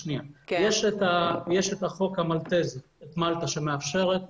יש את החוק המלטזי, את מלטה שמאפשרת